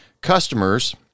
customers